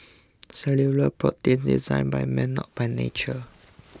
cellular proteins designed by man not by nature